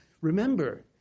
Remember